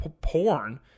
porn